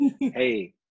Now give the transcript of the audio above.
hey